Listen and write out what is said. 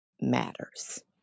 matters